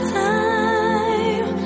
time